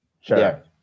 Sure